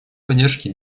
поддержке